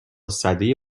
سده